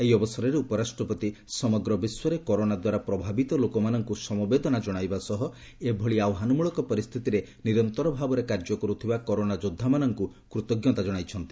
ଏହି ଅବସରରେ ଉପରାଷ୍ଟ୍ରପତି ସମଗ୍ର ବିଶ୍ୱରେ କରୋନା ଦ୍ୱାରା ପ୍ରଭାବିତ ଲୋକମାନଙ୍କୁ ସମବେଦନା ଜଣାଇବା ସହ ଏଭଳି ଆହ୍ୱାନମୂଳକ ପରିସ୍ଥିତିରେ ନିରନ୍ତର ଭାବରେ କାର୍ଯ୍ୟ କରୁଥିବା କରୋନା ଯୋଦ୍ଧାମାନଙ୍କୁ କୃତଜ୍ଞତା ଜଣାଇଛନ୍ତି